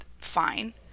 fine